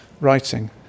writing